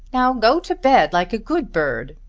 now go to bed like a good bird,